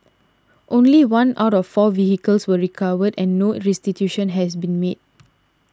only one out of four vehicles was recovered and no restitution has been made